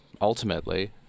ultimately